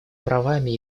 правами